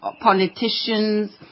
politicians